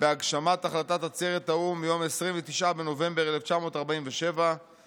בהגשמת החלטת העצרת מיום 29 בנובמבר 1947 ותפעל